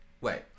Wait